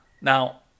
Now